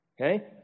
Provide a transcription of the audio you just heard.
Okay